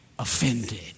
offended